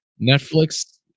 Netflix